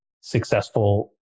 successful